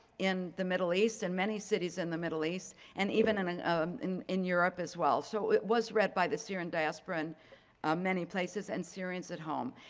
in the middle east and many cities in the middle east and even in and in europe as well. so it was read by the syrian diaspora in many places and syrians at home.